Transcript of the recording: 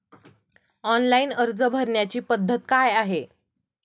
Online अर्ज भरण्याची पद्धत काय आहे?